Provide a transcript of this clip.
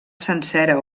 sencera